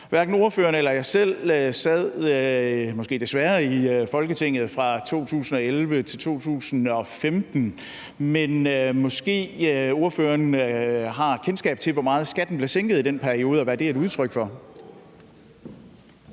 Hverken ordføreren eller jeg selv sad, desværre, kan man måske sige, i Folketinget 2011-2015, men måske ordføreren har kendskab til, hvor meget skatten blev sænket i den periode, og hvad det er et udtryk for.